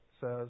says